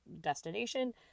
destination